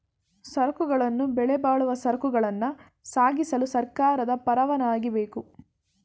ಸರಕುಗಳನ್ನು ಬೆಲೆಬಾಳುವ ಸರಕುಗಳನ್ನ ಸಾಗಿಸಲು ಸರ್ಕಾರದ ಪರವಾನಗಿ ಬೇಕು